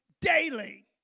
daily